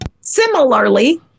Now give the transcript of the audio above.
Similarly